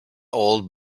old